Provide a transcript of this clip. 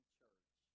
church